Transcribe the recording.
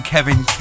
Kevin